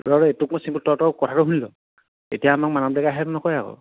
এইটো মোৰ তই তই কথাটো শুনি ল এতিয়া আমাক মানৱ ডেকাই হেল্প নকৰে নকয় আকৌ